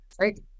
Right